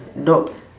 dog